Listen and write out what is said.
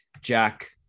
Jack